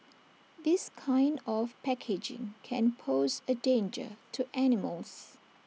this kind of packaging can pose A danger to animals